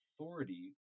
authority